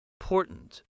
important